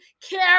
care